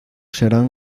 serán